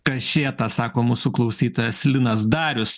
kašėta sako mūsų klausytojas linas darius